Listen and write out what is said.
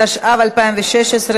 התשע"ה 2015,